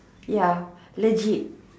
ya legit